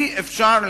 אי-אפשר,